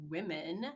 Women